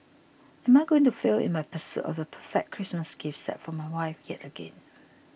am I going to fail in my pursuit of the perfect Christmas gift set for my wife yet again